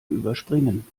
überspringen